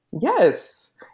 Yes